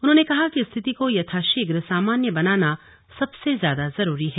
उन्होंने कहा कि स्थिति को यथाशीघ्र सामान्य बनाना सबसे ज्यादा जरूरी है